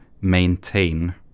maintain